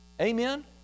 Amen